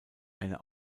eine